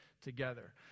together